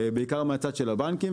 בעיקר מהצד של הבנקים,